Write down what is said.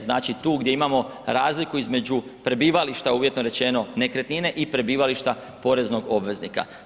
Znači tu gdje imamo razliku između prebivališta uvjetno rečeno nekretnine i prebivališta poreznog obveznika.